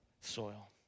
soil